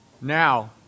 Now